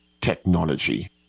technology